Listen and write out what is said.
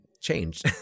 changed